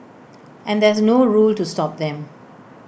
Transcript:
and there's no rule to stop them